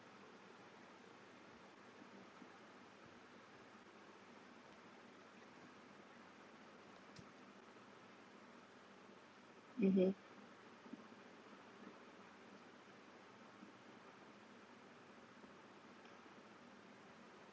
mmhmm